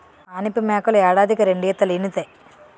మానిపు మేకలు ఏడాదికి రెండీతలీనుతాయి